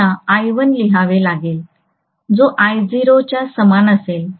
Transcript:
मला I1 लिहावे लागेल जो I0 च्या समान असेल